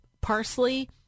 parsley